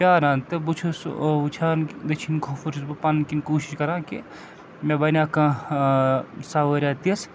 پیٛاران تہٕ بہٕ چھُس وٕچھان کہِ دٔچھِنۍ کھووٕرۍ چھُس بہٕ پَنٕنۍ کِنۍ کوٗشِش کَران کہِ مےٚ بَنیٛا کانٛہہ سَوٲریہ تِژھ